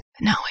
No